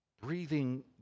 breathing